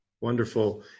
Wonderful